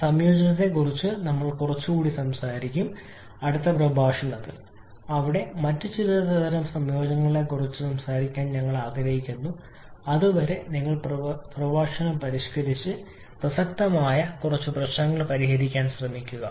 സംയോജിതത്തെക്കുറിച്ച് ഞങ്ങൾ കുറച്ചുകൂടി സംസാരിക്കും അടുത്ത പ്രഭാഷണത്തിലെ ചക്രം അവിടെ മറ്റ് ചിലതരം സംയോജനങ്ങളെക്കുറിച്ച് സംസാരിക്കാൻ ഞങ്ങൾ ആഗ്രഹിക്കുന്നു അതുവരെ നിങ്ങൾ പ്രഭാഷണം പരിഷ്ക്കരിച്ച് പ്രസക്തമായ കുറച്ച് പ്രശ്നങ്ങൾ പരിഹരിക്കാൻ ശ്രമിക്കുക